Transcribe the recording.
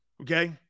Okay